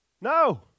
No